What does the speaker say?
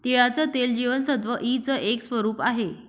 तिळाचं तेल जीवनसत्व ई च एक स्वरूप आहे